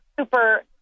super